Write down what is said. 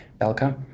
Belka